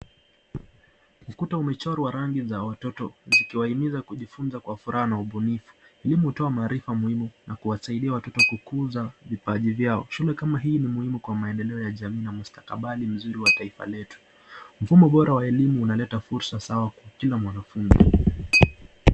Ukuta umechorwa rangi za watoto zikiwahimiza kujifunza kwa furaha na ubunifu. Hii hutoa maarifa muhimu na kuwasaidia watoto kukuza vipaji vyao. Shule kama hii nimuhimu kwa maendelea ya jamii na mustakabathi mzuri la taifa letu. Mfumo bora wa elimu unaleta fursa sawa kwa kila mwanafunzi.